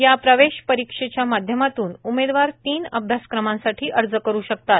या प्रवेश परीक्षेच्या माध्यमातून उमेदवार तीन अभ्यासक्रमांसाठी अर्ज करु शकतात